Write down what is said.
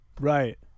Right